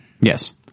Yes